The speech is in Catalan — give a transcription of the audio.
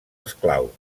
esclaus